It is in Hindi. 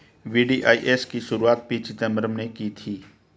वी.डी.आई.एस की शुरुआत पी चिदंबरम ने की थी